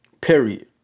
Period